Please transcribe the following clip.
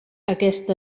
aquest